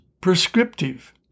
prescriptive